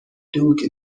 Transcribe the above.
دوگ